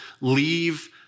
leave